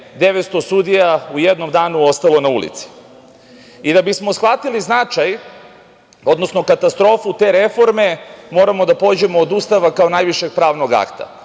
900 sudija u jednom danu ostalo na ulici. Da bismo shvatili značaj, odnosno katastrofu te reforme moramo da pođemo od Ustava kao najvišeg pravnog akta. Mi